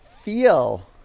feel